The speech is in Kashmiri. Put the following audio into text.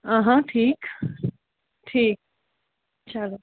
ٹھیٖک ٹھیٖک چلو